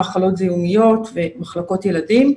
מחלות זיהומיות ומחלקות ילדים.